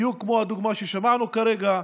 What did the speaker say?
בדיוק כמו הדוגמה ששמענו כרגע,